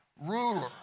ruler